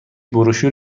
بروشور